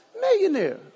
millionaire